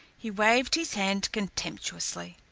he waved his hand contemptuously.